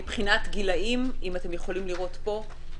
מבחינת גילאים, אם אתם יכולים לראות פה,